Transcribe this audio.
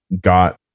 got